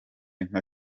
nka